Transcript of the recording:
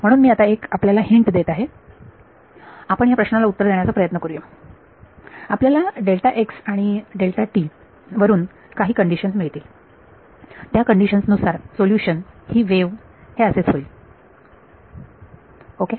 म्हणून मी आता एक आपल्याला हिंट देत आहे आपण या प्रश्नाला उत्तर देण्याचा प्रयत्न करू या आपल्याला डेल्टा x आणि डेल्टा t वरून काही कंडिशन मिळतील त्या कंडिशन्स नुसार सोल्युशन ही वेव्ह हे असेच होईल ओके